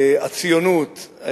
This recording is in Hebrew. הציונות,